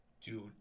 Dude